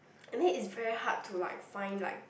and then it's very hard to like find like